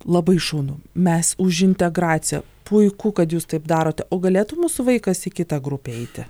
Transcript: labai šaunu mes už integraciją puiku kad jūs taip darote o galėtų mūsų vaikas į kitą grupę eiti